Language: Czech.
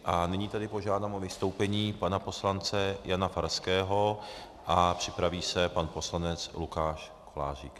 A nyní tedy požádám o vystoupení pana poslance Jana Farského a připraví se pan poslanec Lukáš Kolářík.